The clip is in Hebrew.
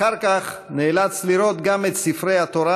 אחר כך הוא נאלץ לראות גם את ספרי התורה